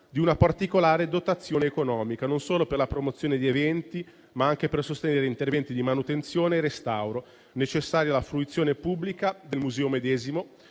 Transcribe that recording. di una particolare dotazione economica, non solo per la promozione di eventi, ma anche per sostenere interventi di manutenzione e restauro necessari alla fruizione pubblica del museo medesimo